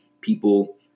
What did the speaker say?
people